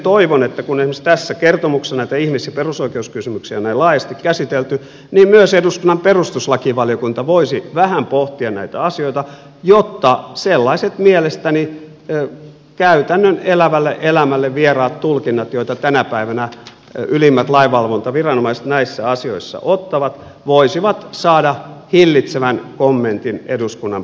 toivon että kun esimerkiksi tässä kertomuksessa näitä ihmis ja perusoikeuskysymyksiä on näin laajasti käsitelty niin myös eduskunnan perutuslakivaliokunta voisi vähän pohtia näitä asioita jotta sellaiset mielestäni käytännön elävälle elämälle vieraat tulkinnat joita tänä päivänä ylimmät lainvalvontaviranomaiset näissä asioissa ottavat voisivat saada hillitsevän kommentin eduskunnan